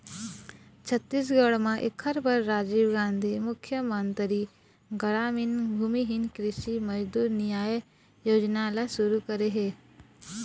छत्तीसगढ़ म एखर बर राजीव गांधी मुख्यमंतरी गरामीन भूमिहीन कृषि मजदूर नियाय योजना ल सुरू करे हे